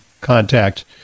contact